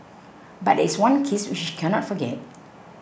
but there is one case which she can not forget